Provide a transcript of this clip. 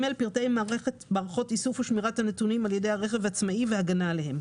פרטי מערכות איסוף ושמירת הנתונים על ידי הרכב העצמאי וההגנה עליהם.